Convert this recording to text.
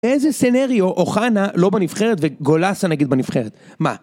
איזה scenario אוחנה לא בנבחרת וגולסה נגיד בנבחרת? מה?